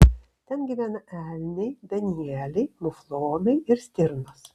ten gyvena elniai danieliai muflonai ir stirnos